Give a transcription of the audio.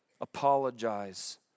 apologize